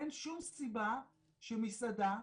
אין שום סיבה שמסעדה,